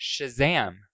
Shazam